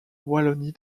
wallonie